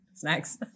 Snacks